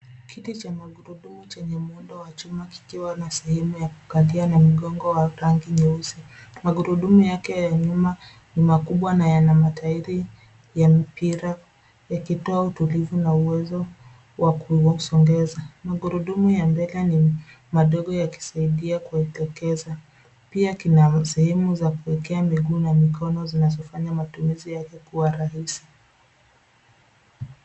Kiti cha magurudumu chenye muundo wa chuma kikiwa na sehemu ya kukalia na mgongo wa rangi nyeusi. Magurudumu yake ya nyuma ni makubwa na yana matairi ya mpira yakitoa utulivu na uwezo wa kuusongeza. Magurudumu ya mbele ni madogo yakisaidia kuelekeza. Pia, kuna sehemu za kuwekea miguu na mkono zinazofanya matumizi yake kuwa rahisi.